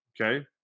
okay